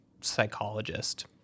psychologist